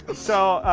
so,